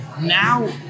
Now